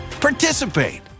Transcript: participate